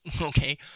Okay